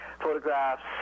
photographs